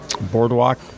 boardwalk